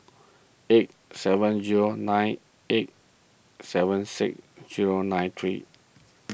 eight seven zero nine eight seven six zero nine three